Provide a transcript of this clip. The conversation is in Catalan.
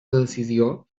decisió